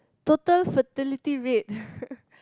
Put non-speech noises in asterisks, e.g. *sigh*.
total fertility rate *laughs*